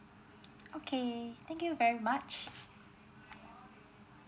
okay thank you very much